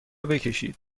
بکشید